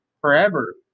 forever